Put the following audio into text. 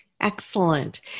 Excellent